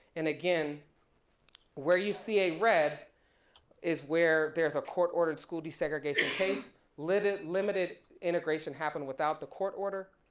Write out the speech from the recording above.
and again where you see a red is where there's a court ordered school desegregation case. limited limited integration happened without the court order.